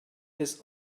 his